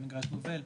למגרש גובל,